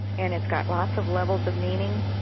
and it's got lots of levels of meaning,